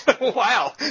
Wow